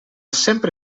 sempre